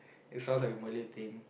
it sounds like a Malay thing